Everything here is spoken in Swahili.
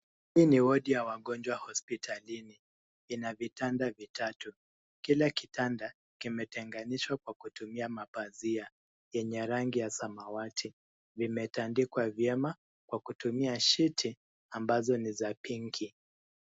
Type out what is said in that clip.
Hii ni wodi ya wagonjwa hospitalini, ina vitanda vitatu. Kila kitanda kimetenganishwa kwa kutumia mapazia yenye rangi ya samawati. Vimetandikwa vyema kwa kutumia shiti ambazo ni za pinki.